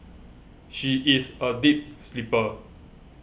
she is a deep sleeper